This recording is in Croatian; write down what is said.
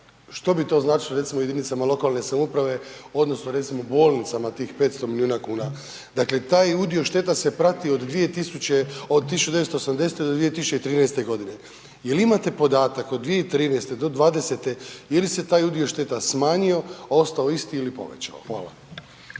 što bi to značilo recimo jedinicama lokalne samouprave odnosno recimo bolnicama tih 500 milijuna kuna. Dakle, taj udio šteta se prati od 1980. do 2013. godine. Jel imate podatak od 2013. do 2020. je li se taj udio šteta smanjio, ostao isti ili povećao? Hvala.